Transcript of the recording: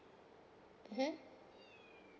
(uh huh)